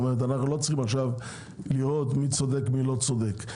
אנחנו לא צריכים לראות מי צודק ומי לא צודק.